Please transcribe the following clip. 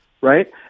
right